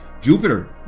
Jupiter